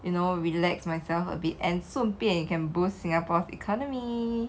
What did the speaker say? you know relax myself a bit and 顺便 you can boost singapore's economy